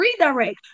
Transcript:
redirect